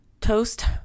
Toast